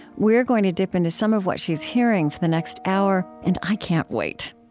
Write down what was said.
we're going to dip into some of what she's hearing, for the next hour, and i can't wait.